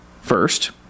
first